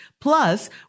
plus